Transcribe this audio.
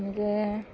এনেকৈ